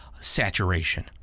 saturation